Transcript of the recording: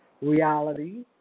reality